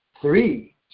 three